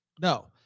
no